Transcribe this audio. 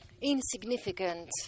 insignificant